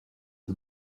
had